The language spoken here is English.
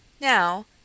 Now